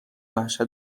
وحشت